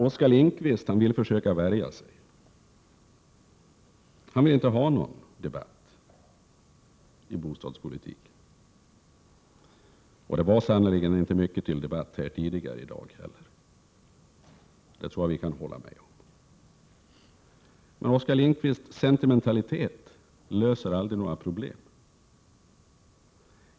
Oskar Lindkvist vill försöka värja sig. Han vill inte ha någon debatt om bostadspolitiken, och det var sannerligen inte heller mycket till debatt tidigare i dag. Det tror jag att vi kan hålla med om. Men Oskar Lindkvists sentimentalitet löser aldrig några problem.